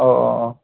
অ অ